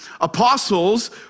apostles